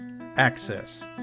Access